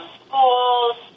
schools